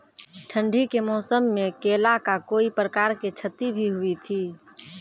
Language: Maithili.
ठंडी के मौसम मे केला का कोई प्रकार के क्षति भी हुई थी?